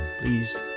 Please